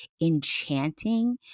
enchanting